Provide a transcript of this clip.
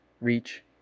reach